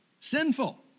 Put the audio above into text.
sinful